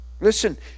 Listen